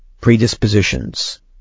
predispositions